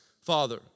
Father